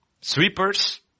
Sweepers